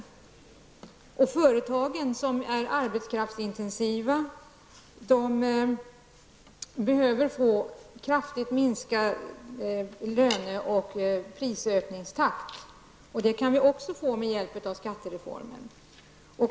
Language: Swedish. För turistföretagen, som är arbetskraftsintensiva, är det nödvändigt med en kraftigt minskad löneoch prisökningstakt. Det kan vi också få med hjälp av skattereformen.